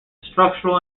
structural